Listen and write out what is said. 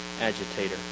agitator